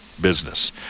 business